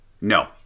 No